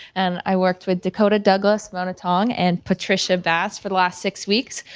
and i worked with dakota douglas monoton and patricia bass for the last six weeks.